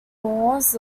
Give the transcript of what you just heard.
malls